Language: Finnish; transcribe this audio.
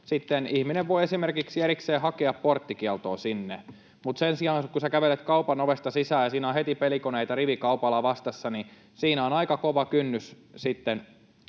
sitten ihminen voi esimerkiksi erikseen hakea porttikieltoa, mutta sen sijaan, kun sinä kävelet kaupan ovesta sisään ja siinä on heti pelikoneita rivikaupalla vastassa, siinä on aika kova kynnys